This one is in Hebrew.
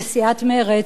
לסיעת מרצ,